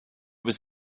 was